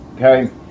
okay